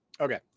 Okay